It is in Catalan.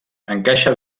encaixa